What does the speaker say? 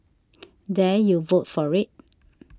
dare you vote for it